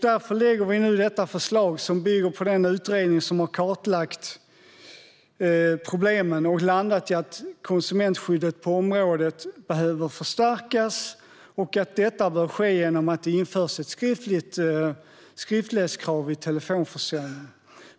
Därför lägger vi nu fram detta förslag, som bygger på en utredning som har kartlagt problemen och kommit fram till att konsumentskyddet på området behöver förstärkas och att detta bör ske genom att det införs ett skriftlighetskrav vid telefonförsäljning.